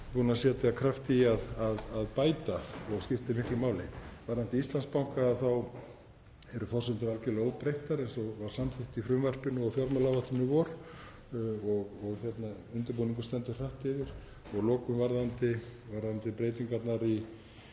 að setja kraft í að bæta og skiptir miklu máli. Varðandi Íslandsbanka þá eru forsendur algerlega óbreyttar eins og var samþykkt í frumvarpinu og fjármálaáætlun í vor og undirbúningur stendur hratt yfir. Að lokum varðandi breytingarnar á